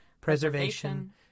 preservation